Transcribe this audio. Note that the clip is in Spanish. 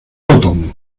botón